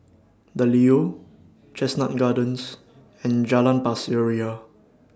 The Leo Chestnut Gardens and Jalan Pasir Ria